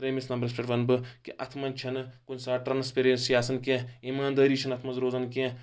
ترٛیمِس نَمبرَس پؠٹھ وَنہٕ بہٕ کہِ اَتھ منز چھنہٕ کُنہِ ساتہٕ ٹرانسپیریسی آسان کینٛہہ ایٖماندٲری چھنہٕ اتھ منٛز روزان کینٛہہ